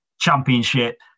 Championship